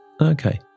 Okay